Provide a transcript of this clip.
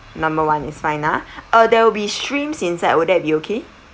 number one is fine ah uh there will be shrimps inside would that be okay